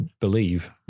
believe